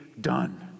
done